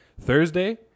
Thursday